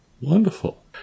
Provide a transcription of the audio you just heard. Wonderful